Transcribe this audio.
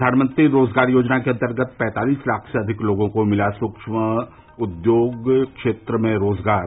प्रधानमंत्री रोजगार योजना के अंतर्गत पैंतालिस लाख से अधिक लोगों को मिला सूक्ष्म उद्यम क्षेत्र में रोजगार